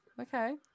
Okay